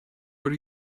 what